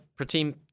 Pratim